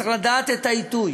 צריך לדעת את העיתוי.